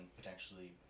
potentially